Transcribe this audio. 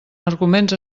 arguments